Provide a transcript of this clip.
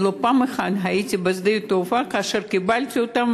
לא פעם אחת הייתי בשדה התעופה וקיבלתי אותם,